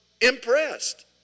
impressed